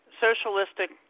socialistic